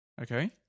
Okay